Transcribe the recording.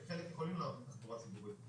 יש חלק שיכולים לנסוע בתחבורה ציבורית,